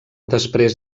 després